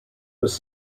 was